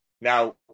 Now